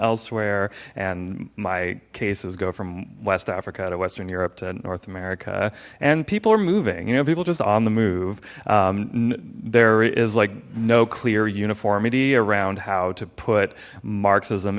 elsewhere and my cases go from west africa to western europe to north america and people are moving you know people just on the move there is like no clear uniformity around how to put marxism